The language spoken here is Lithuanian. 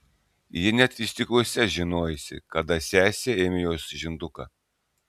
ji net vystykluose žinojusi kada sesė ėmė jos žinduką